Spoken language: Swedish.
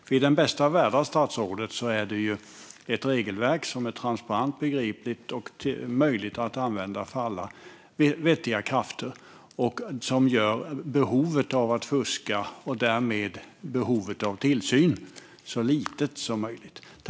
För i den bästa av världar, statsrådet, är det ett regelverk som är transparent, begripligt och möjligt att använda för alla vettiga krafter och som gör behovet av att fuska mindre och därmed behovet av tillsyn så litet som möjligt.